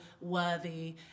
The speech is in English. worthy